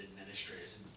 administrators